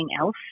else